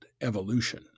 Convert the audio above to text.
evolution